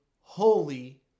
holy